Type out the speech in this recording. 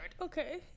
Okay